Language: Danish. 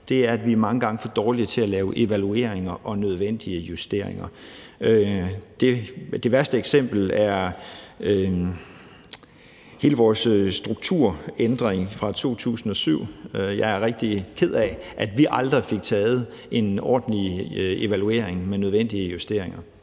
er, at vi mange gange er for dårlige til at lave evalueringer og nødvendige justeringer. Det værste eksempel er hele vores strukturændring fra 2007. Jeg er rigtig ked af, at vi aldrig fik taget en ordentlig evaluering med nødvendige justeringer.